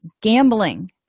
gambling